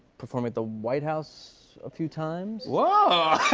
performing at the white house a few times. whoa!